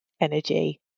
energy